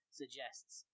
suggests